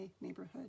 neighborhood